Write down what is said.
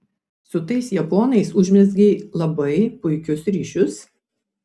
su tais japonais užmezgei labai puikius ryšius